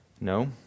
No